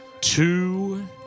two